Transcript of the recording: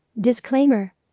Disclaimer